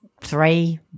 three